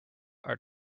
are